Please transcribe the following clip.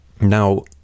Now